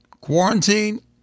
Quarantine